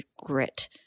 grit